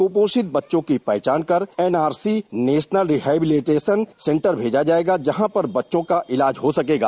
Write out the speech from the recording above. कुपोषित बच्चे की पहचान कर एनआरसी नेशनल रिहैबिलिटेशन सेंटर भेजा जाएगा जहां पर बच्चों का इलाज हो सकेगा